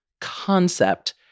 concept